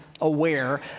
aware